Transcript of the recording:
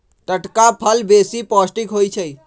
टटका फल बेशी पौष्टिक होइ छइ